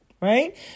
right